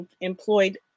employed